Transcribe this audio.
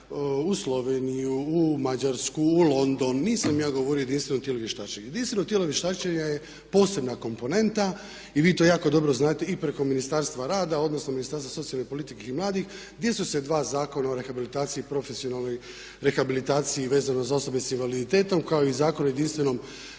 u Sloveniju, u Mađarsku, u London, nisam ja govorio o jedinstvenom tijelu vještačenja. Jedinstveno tijelo vještačenja je posebna komponenta i vi to jako dobro znate i preko Ministarstva rada odnosno Ministarstva socijalne politike i mladih gdje su se dva Zakona o rehabilitaciji, profesionalnoj rehabilitaciji vezano za osobe s invaliditetom kao i Zakon o jedinstvenom